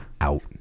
Out